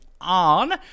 on